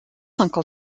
uncle